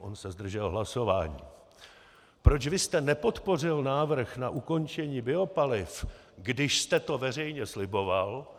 on se zdržel hlasování Proč vy jste nepodpořil návrh na ukončení biopaliv, když jste to veřejně sliboval?